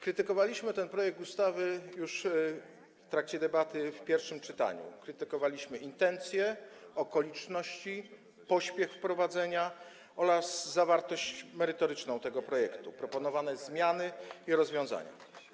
Krytykowaliśmy ten projekt ustawy już w trakcie debaty w pierwszym czytaniu, krytykowaliśmy intencje, okoliczności, pośpiech we wprowadzaniu oraz zawartość merytoryczną tego projektu, proponowane zmiany i rozwiązania.